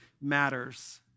matters